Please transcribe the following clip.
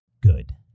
Good